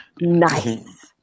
nice